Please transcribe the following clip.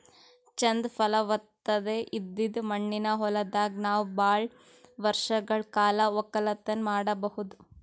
ಚಂದ್ ಫಲವತ್ತತೆ ಇದ್ದಿದ್ ಮಣ್ಣಿನ ಹೊಲದಾಗ್ ನಾವ್ ಭಾಳ್ ವರ್ಷಗಳ್ ಕಾಲ ವಕ್ಕಲತನ್ ಮಾಡಬಹುದ್